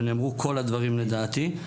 ונאמרו כל הדברים לדעתי.